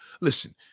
listen